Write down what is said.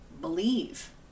believe